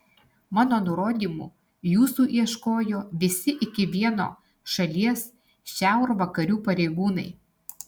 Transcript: mano nurodymu jūsų ieškojo visi iki vieno šalies šiaurvakarių pareigūnai